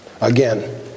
Again